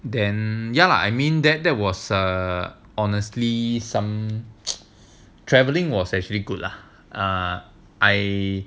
then ya lah I mean that there was ah honestly some travelling was actually good lah err I